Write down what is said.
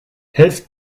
helft